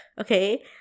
Okay